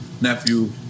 nephew